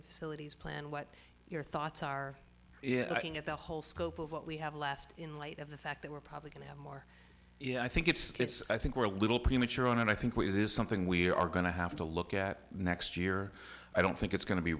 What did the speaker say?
the facilities plan what your thoughts are looking at the whole scope of what we have left in light of the fact that we're probably going to have more i think it's i think we're a little premature on and i think what is something we are going to have to look at next year i don't think it's going to be